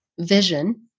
vision